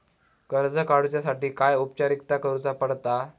कर्ज काडुच्यासाठी काय औपचारिकता करुचा पडता?